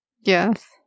Yes